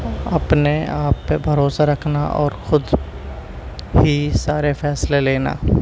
اپنے آپ پہ بھروسہ رکھنا اور خود ہی سارے فیصلے لینا